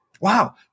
wow